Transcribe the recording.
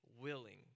willing